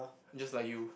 just like you